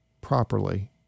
properly